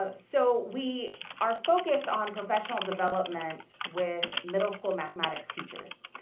ah so we are focused on professional development with middle school mathematics teachers.